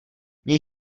měj